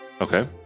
Okay